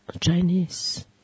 Chinese